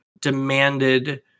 demanded